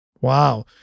Wow